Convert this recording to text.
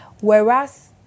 Whereas